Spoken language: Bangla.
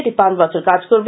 এটি পাঁচবছর কাজ করবে